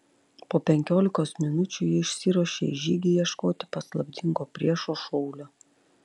po penkiolikos minučių ji išsiruošė į žygį ieškoti paslaptingo priešo šaulio